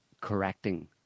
correcting